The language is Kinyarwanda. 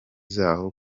zaho